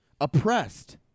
oppressed